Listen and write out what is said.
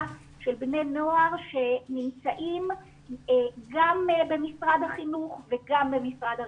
של בני נוער שנמצאים גם במשרד החינוך וגם במשרד הרווחה.